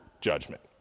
judgment